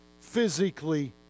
physically